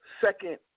Second